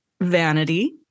vanity